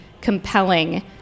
compelling